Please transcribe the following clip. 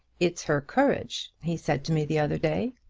it's her courage he said to me the other day.